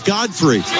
Godfrey